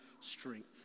strength